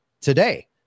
today